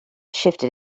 shifted